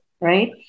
right